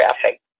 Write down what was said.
traffic